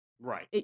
right